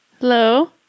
Hello